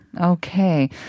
Okay